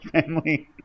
family